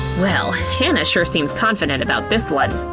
well, hannah sure seems confident about this one.